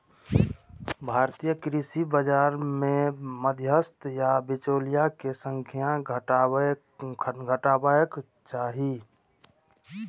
भारतीय कृषि बाजार मे मध्यस्थ या बिचौलिया के संख्या घटेबाक चाही